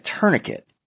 tourniquet